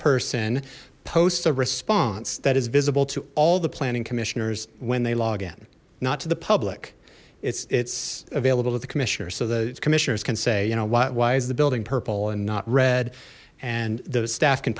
person posts a response that is visible to all the planning commissioners when they log in not to the public it's it's available to the commissioners so the commissioners can say you know what why is the building purple and not red and the staff can